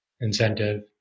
incentive